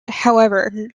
however